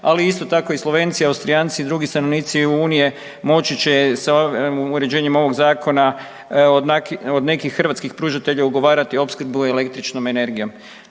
ali isto tako i Slovenci, Austrijanci i drugi stanovnici Unije moći će sa uređenjem ovog Zakona od nekih hrvatskih pružatelja ugovarati opskrbu električnom energijom.